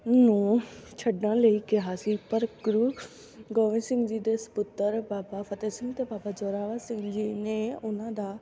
ਨੂੰ ਛੱਡਣ ਲਈ ਕਿਹਾ ਸੀ ਪਰ ਗੁਰੂ ਗੋਬਿੰਦ ਸਿੰਘ ਜੀ ਦੇ ਸਪੁੱਤਰ ਬਾਬਾ ਫਤਿਹ ਸਿੰਘ ਤੇ ਬਾਬਾ ਜ਼ੋਰਾਵਰ ਸਿੰਘ ਜੀ ਨੇ ਉਹਨਾਂ ਦਾ